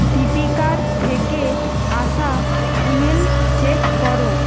দীপিকার থেকে আসা email check করো